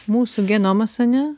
mūsų genomas ane